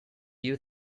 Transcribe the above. you